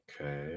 okay